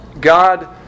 God